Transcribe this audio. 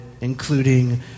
including